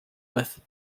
with